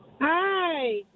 Hi